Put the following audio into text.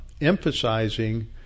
emphasizing